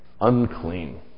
unclean